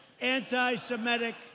anti-Semitic